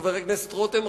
חבר הכנסת רותם,